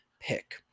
pick